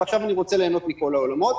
ועכשיו אני רוצה ליהנות מכל העולמות.